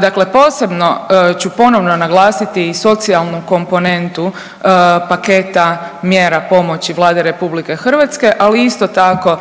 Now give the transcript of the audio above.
Dakle, posebno ću posebno naglasiti i socijalnu komponentu paketa mjera pomoći Vlade RH, ali isto tako